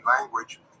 language